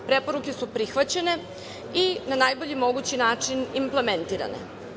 Preporuke su prihvaćene i na najbolji mogući način implementirane.